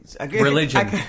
Religion